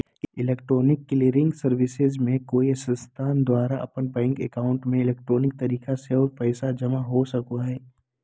electronic clearing services में कोई संस्थान द्वारा अपन बैंक एकाउंट में इलेक्ट्रॉनिक तरीका स्व पैसा जमा हो सका हइ